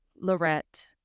Lorette